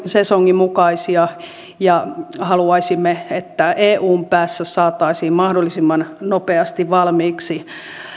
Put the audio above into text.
sesonginmukaisia ja haluaisimme että eun päässä saataisiin mahdollisimman nopeasti valmiiksi